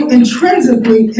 intrinsically